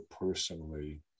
personally